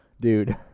Dude